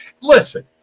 listen